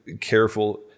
careful